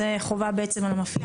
זאת חובה בעצם על המפעיל.